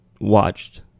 watched